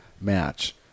match